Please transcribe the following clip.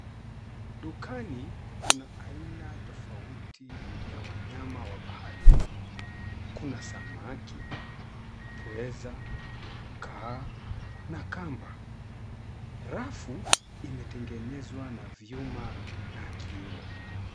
Dukani kuna aina tofauti ya wanyama wa baharini, kuna samaki, pweza, kaa na kamba. Rafu imetengenezwa na vyuma na kioo.